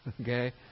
Okay